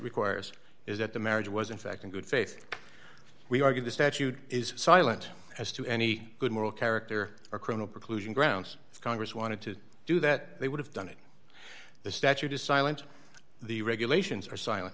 requires is that the marriage was in fact in good faith we argued the statute is silent as to any good moral character or criminal preclusion grounds congress wanted to do that they would have done it the statute is silent the regulations are silent